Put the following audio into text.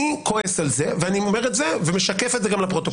אני כועס על זה ואני אומר את זה ומשקף את זה גם לפרוטוקול.